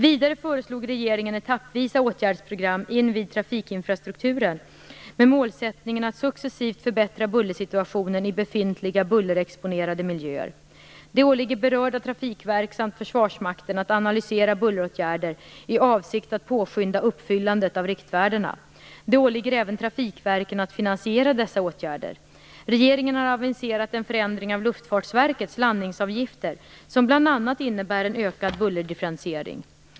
Vidare föreslog regeringen etappvisa åtgärdsprogram invid trafikinfrastrukturen med målsättningen att successivt förbättra bullersituationen i befintliga bullerexponerade miljöer. Det åligger berörda trafikverk samt Försvarsmakten att analysera bulleråtgärder i avsikt att påskynda uppfyllandet av riktvärdena. Det åligger även trafikverken att finansiera dessa åtgärder. Regeringen har aviserat en förändring av Luftfartsverkets landningsavgifter som bl.a. innebär en ökad bullerdifferentiering.